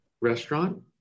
Restaurant